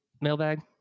Mailbag